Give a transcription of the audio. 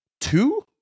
Two